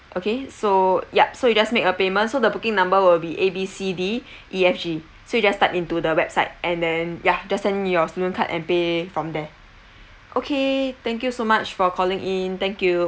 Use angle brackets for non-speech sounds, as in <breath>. okay so yup so you just make a payment so the booking number will be A B C D <breath> E F G so you just type into the website and then ya just send your student card and pay from there okay thank you so much for calling in thank you